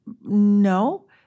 No